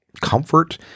comfort